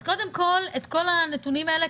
אז קודם כל את כל הנתונים האלה,